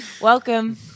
Welcome